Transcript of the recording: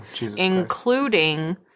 including